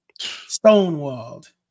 Stonewalled